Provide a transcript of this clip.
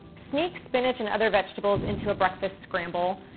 sneak spinach and other vegetables into a breakfast scramble.